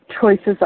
choices